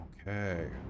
Okay